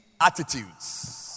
Attitudes